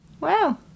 Wow